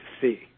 see